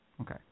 Okay